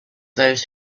those